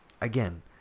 again